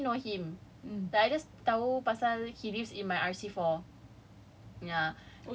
oh at first he I don't really know him but I just tahu pasal he lives in my R_C for